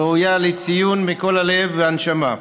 ראויה לציון, מכל הלב והנשמה.